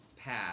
path